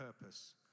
purpose